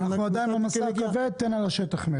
אנחנו עדיין במשא כבד, תן התייחסות על השטח מת.